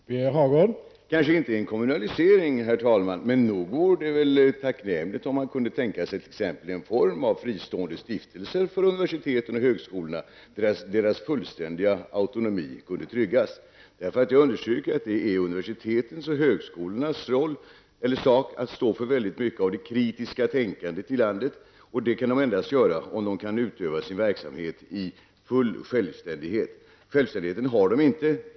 Herr talman! Kanske inte en kommunalisering, men nog vore det väl tacknämligt om utbildningsministern kunde tänka sig en form av fristående stiftelser för universiteten och högskolorna, där deras fullständiga autonomi kunde tryggas. Jag understryker att det är universitetens och högskolornas sak att stå för mycket av det kritiska tänkandet i landet, och det kan de göra endast om de kan utöva sin verksamhet i full självständighet. Självständighet har vi inte.